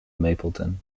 mapleton